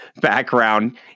background